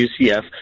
UCF